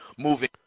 Moving